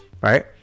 right